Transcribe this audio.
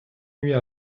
nuits